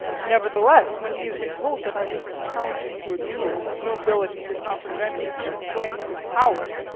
nevertheless, when he has been told that i wish to challenge him to a duel his nobility does not prevent him from playing the coward.